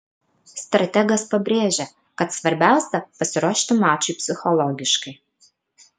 strategas pabrėžė kad svarbiausia pasiruošti mačui psichologiškai